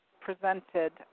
presented